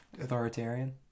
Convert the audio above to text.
Authoritarian